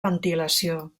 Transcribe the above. ventilació